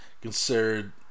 considered